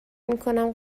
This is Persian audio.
میکنم